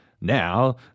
now